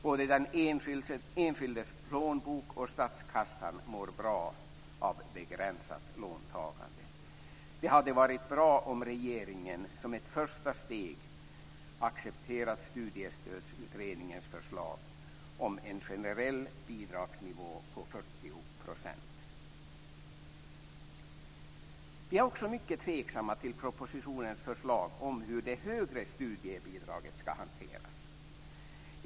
Både den enskildes plånbok och statskassan mår bra av begränsat låntagande. Det hade varit bra om regeringen som ett första steg accepterat Studiestödsutredningens förslag om en generell bidragsnivå på Vi är också mycket tveksamma till propositionens förslag om hur det högre studiebidraget ska hanteras.